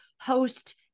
host